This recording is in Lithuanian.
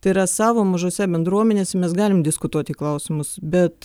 tai yra savo mažose bendruomenėse mes galim diskutuoti klausimus bet